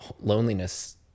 loneliness